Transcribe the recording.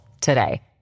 today